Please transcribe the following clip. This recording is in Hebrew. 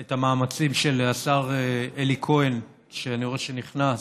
את המאמצים של השר אלי כהן, שאני רואה שהוא נכנס,